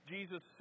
Jesus